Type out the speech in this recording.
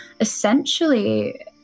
essentially